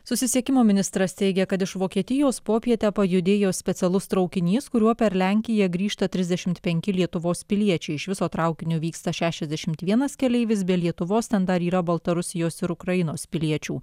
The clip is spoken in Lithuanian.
susisiekimo ministras teigė kad iš vokietijos popietę pajudėjo specialus traukinys kuriuo per lenkiją grįžta trisdešimt penki lietuvos piliečiai iš viso traukiniu vyksta šešiasdešimt vienas keleivis be lietuvos ten dar yra baltarusijos ir ukrainos piliečių